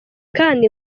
kandi